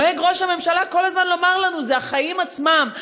נוהג ראש הממשלה כל הזמן לומר לנו: אלה החיים עצמם.